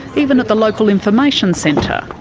even at the local information centre.